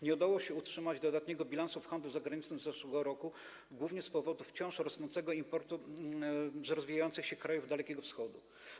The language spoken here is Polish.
Nie udało się utrzymać dodatniego bilansu w handlu zagranicznym z zeszłego roku głównie z powodu wciąż rosnącego importu z rozwijających się krajów Dalekiego Wschodu.